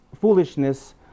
foolishness